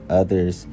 others